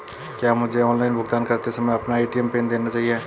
क्या मुझे ऑनलाइन भुगतान करते समय अपना ए.टी.एम पिन देना चाहिए?